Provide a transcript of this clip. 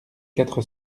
quatre